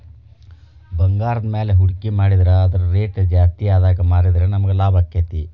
ಭಂಗಾರದ್ಮ್ಯಾಲೆ ಹೂಡ್ಕಿ ಮಾಡಿಟ್ರ ಅದರ್ ರೆಟ್ ಜಾಸ್ತಿಆದಾಗ್ ಮಾರಿದ್ರ ನಮಗ್ ಲಾಭಾಕ್ತೇತಿ